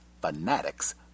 fanatics